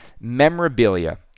memorabilia